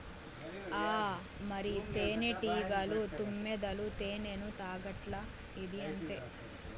ఆ మరి, తేనెటీగలు, తుమ్మెదలు తేనెను తాగట్లా, ఇదీ అంతే